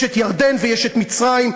יש ירדן ויש מצרים,